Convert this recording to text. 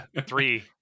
three